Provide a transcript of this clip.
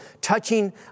touching